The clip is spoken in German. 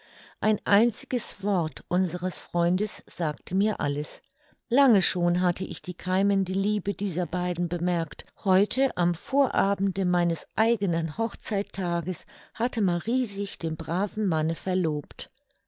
ein einziges wort unseres freundes sagte mir alles lange schon hatte ich die keimende liebe dieser beiden bemerkt heute am vorabende meines eigenen hochzeittages hatte marie sich dem braven manne verlobt